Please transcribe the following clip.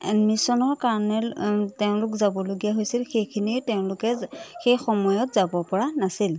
এডমিচনৰ কাৰণে তেওঁলোক যাবলগীয়া হৈছিল সেইখিনিয়ে তেওঁলোকে সেই সময়ত যাব পৰা নাছিল